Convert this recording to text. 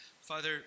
Father